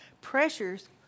pressures